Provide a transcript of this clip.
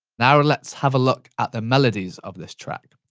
now let's have a look at the melodies of this track.